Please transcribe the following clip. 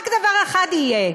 רק דבר אחד יהיה,